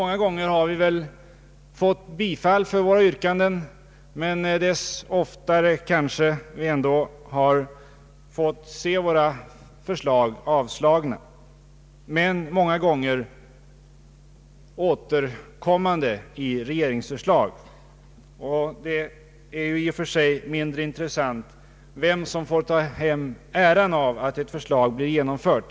Några gånger har vi fått bifall till våra yrkanden, men ännu oftare har vi fått se våra förslag avslagna, men sedan fått uppleva hur de återkommit i regeringsförslag. Det är i och för sig mindre intressant vem som får ta hem äran av att ett förslag blir genomfört.